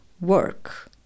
work